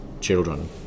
children